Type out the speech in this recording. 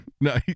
No